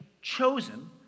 Chosen